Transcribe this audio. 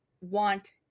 want